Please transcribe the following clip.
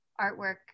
artwork